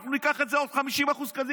אנחנו ניקח את זה עוד 50% קדימה.